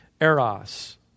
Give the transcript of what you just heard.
eros